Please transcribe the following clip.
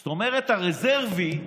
זאת אומרת, הרזרבי,